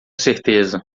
certeza